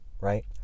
right